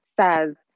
says